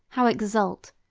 how exult,